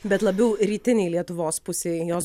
bet labiau rytinėj lietuvos pusėj jos